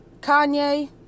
Kanye